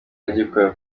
agikora